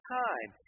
time